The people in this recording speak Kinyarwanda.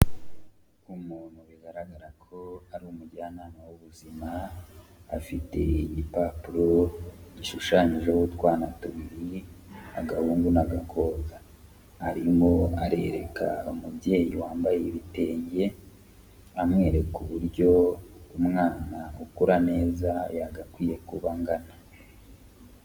Umuntu bigaragara ko ari umujyanama w'ubuzima, afite igipapuro gishushanyijeho utwana tubiri, agahungu n'agakobwa. Arimo arereka umubyeyi wambaye ibitenge, amwereka uburyo umwana ukura neza yagakwiye kuba angana.